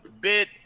bit